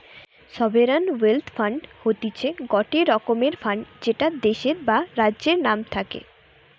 sovereign wealth fund হতিছে গটে রকমের ফান্ড যেটা দেশের বা রাজ্যের নাম থাকে